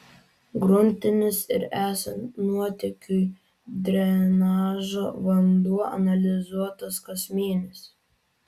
gruntinis ir esant nuotėkiui drenažo vanduo analizuotas kas mėnesį